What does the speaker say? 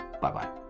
Bye-bye